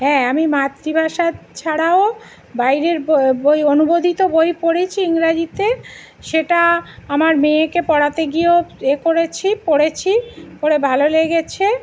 হ্যাঁ আমি মাতৃভাষা ছাড়াও বাইরের বই অনুবাদিত বই পড়েছি ইংরেজিতে সেটা আমার মেয়েকে পড়াতে গিয়েও এ করেছি পড়েছি পড়ে ভালো লেগেছে